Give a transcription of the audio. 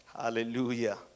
Hallelujah